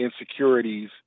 insecurities